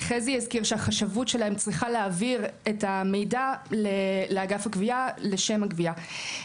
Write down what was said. חזי הזכיר שהחשבות שלהם צריכה להעביר את המידע לאגף הגבייה לשם הגבייה.